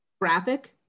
graphic